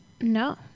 No